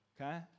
okay